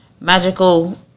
magical